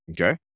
Okay